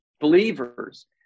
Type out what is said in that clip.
believers